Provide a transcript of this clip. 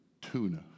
tuna